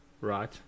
Right